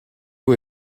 who